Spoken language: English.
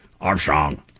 Armstrong